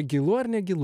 gilu ar negilu